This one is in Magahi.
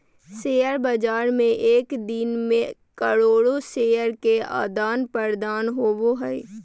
शेयर बाज़ार में एक दिन मे करोड़ो शेयर के आदान प्रदान होबो हइ